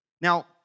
Now